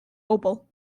opel